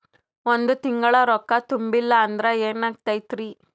ಒಂದ ತಿಂಗಳ ರೊಕ್ಕ ತುಂಬಿಲ್ಲ ಅಂದ್ರ ಎನಾಗತೈತ್ರಿ?